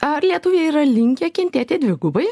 ar lietuviai yra linkę kentėti dvigubai